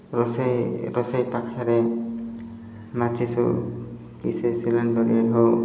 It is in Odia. ରୋଷେଇ ରୋଷେଇ ପାଖରେ ମାଚିସ୍ ହେଉ କି ସେ ସିଲିଣ୍ଡର୍ରେ ହେଉ